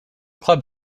club